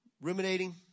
ruminating